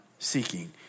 seeking